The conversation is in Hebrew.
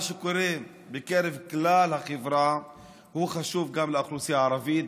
מה שקורה בקרב כלל החברה חשוב גם לאוכלוסייה הערבית,